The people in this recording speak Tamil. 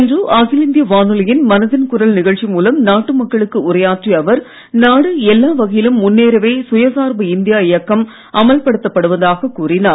இன்று அகில இந்திய வானொலியின் மனதின் குரல் நிகழ்ச்சி மூலம் நாட்டு மக்களுக்கு உரையாற்றிய அவர் நாடு எல்லா வகையிலும் முன்னேறவே சுயசார்பு இந்தியா இயக்கம் அமல்படுத்தப்படுவதாக கூறினார்